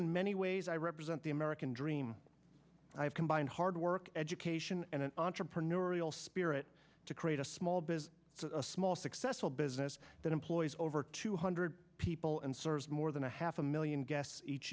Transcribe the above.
in many ways i represent the american dream i have combined hard work education and an entrepreneurial spirit to create a small biz a small successful business that employs over two hundred people and serves more than a half a million guests each